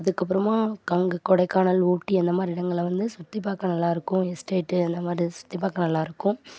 அதுக்கப்புறமா அங்கே கொடைக்கானல் ஊட்டி அந்த மாதிரி இடங்கள வந்து சுற்றி பார்க்க நல்லாயிருக்கும் எஸ்டேட்டு அந்த மாதிரி சுற்றிப் பார்க்க நல்லாயிருக்கும்